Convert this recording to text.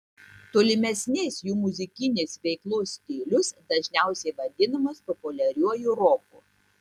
tolimesnės jų muzikinės veiklos stilius dažniausiai vadinamas populiariuoju roku